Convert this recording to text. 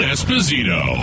Esposito